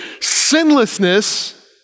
Sinlessness